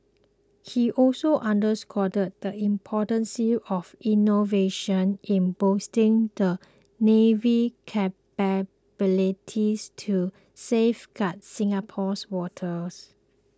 he also underscored the importance of innovation in boosting the navy's capabilities to safeguard Singapore's waters